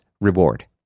reward